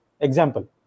example